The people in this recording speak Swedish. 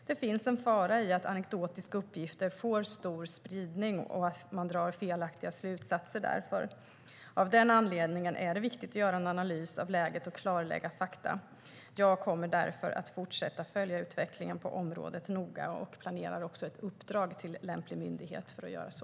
Det finns en fara i att anekdotiska uppgifter får stor spridning och att man drar felaktiga slutsatser. Av den anledningen är det viktigt att göra en analys av läget och klarlägga fakta. Jag kommer därför att fortsätta följa utvecklingen på området noga och planerar också ett uppdrag till lämplig myndighet för att göra så.